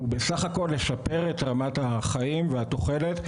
ובסך הכל לשפר את רמת החיים והתוחלת.